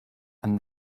and